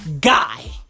guy